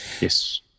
Yes